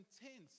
intense